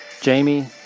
Jamie